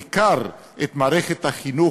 בעיקר את מערכת החינוך,